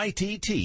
ITT